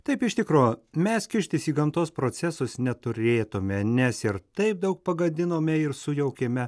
taip iš tikro mes kištis į gamtos procesus neturėtume nes ir taip daug pagadinome ir sujaukėme